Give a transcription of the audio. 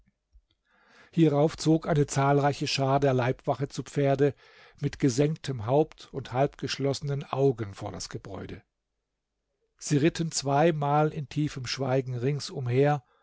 hierauf zog eine zahlreiche schar der leibwache zu pferd mit gesenktem haupt und halbgeschlossenen augen vor das gebäude sie ritten zweimal in tiefem schweigen rings umher